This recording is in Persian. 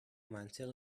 منطق